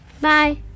Bye